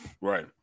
Right